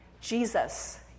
Jesus